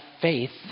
faith